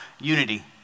unity